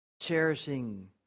cherishing